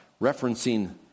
referencing